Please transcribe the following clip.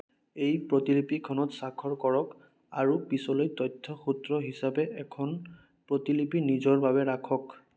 এই প্ৰতিলিপিখনত স্বাক্ষৰ কৰক আৰু পিছলৈ তথ্য সূত্ৰ হিচাপে এখন প্ৰতিলিপি নিজৰ বাবে ৰাখক